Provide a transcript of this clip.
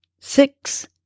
six